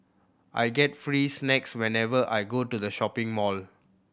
I get free snacks whenever I go to the shopping mall